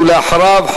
ולאחריו,